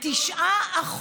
את מבינה למה